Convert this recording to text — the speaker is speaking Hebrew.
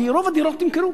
כי רוב הדירות נמכרו.